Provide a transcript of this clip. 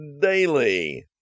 daily